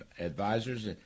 Advisors